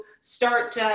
start